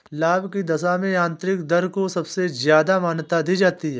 लाभ की दशा में आन्तरिक दर को सबसे ज्यादा मान्यता दी जाती है